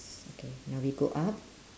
okay now we go up